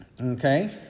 okay